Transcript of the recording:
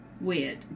weird